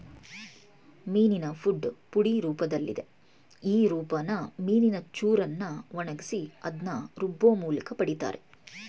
ಮೀನಿನ ಫುಡ್ ಪುಡಿ ರೂಪ್ದಲ್ಲಿದೆ ಈ ರೂಪನ ಮೀನಿನ ಚೂರನ್ನ ಒಣಗ್ಸಿ ಅದ್ನ ರುಬ್ಬೋಮೂಲ್ಕ ಪಡಿತಾರೆ